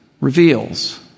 reveals